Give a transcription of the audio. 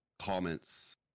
comments